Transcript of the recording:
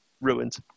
ruined